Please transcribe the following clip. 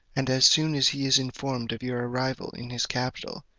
and as soon as he is informed of your arrival in his capital,